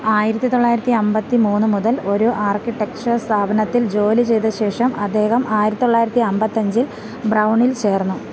ആയിരത്തി തൊള്ളായിരത്തി അമ്പത്തി മൂന്ന് മുതൽ ഒരു ആർക്കിടെക്ചർ സ്ഥാപനത്തിൽ ജോലി ചെയ്ത ശേഷം അദ്ദേഹം ആയിരത്തി തൊള്ളായിരത്തി അമ്പത്തിയഞ്ചിൽ ബ്രൗണിൽ ചേർന്നു